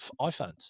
iPhones